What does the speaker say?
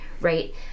right